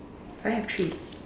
I have three